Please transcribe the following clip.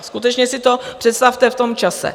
Skutečně si to představte v tom čase.